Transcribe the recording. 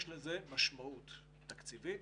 יש לזה משמעות תקציבית.